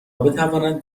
بتوانند